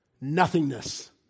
nothingness